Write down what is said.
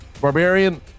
Barbarian